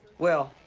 well,